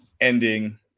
ending